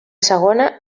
segona